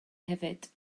hefyd